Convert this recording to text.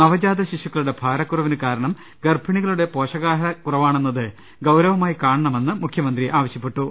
നവജാത ശിശു ക്കളുടെ ഭാരക്കുറവിന് കാരണം ഗർഭിണികളുടെ പോഷകാഹാരക്കു റവാണെന്നത് ഗൌരവമായി കാണണമെന്ന് അദ്ദേഹം ആവശ്യപ്പെട്ടു